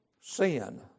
sin